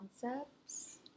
concepts